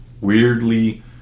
weirdly